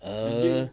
err